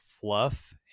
fluff